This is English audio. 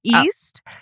east